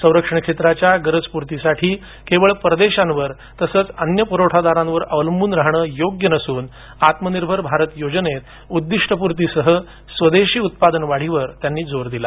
संरक्षण क्षेत्राच्या गरजा पूर्तीसाठी केवळ परदेशांवर तसंच अन्य पुरवठादारांवर अवलंबून राहणे योग्य नसून आत्मनिर्भर भारत योजनेत उद्दिष्टपूर्तीसह स्वदेशी उत्पादन वाढीवर त्यांनी जोर दिला